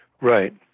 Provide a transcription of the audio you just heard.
Right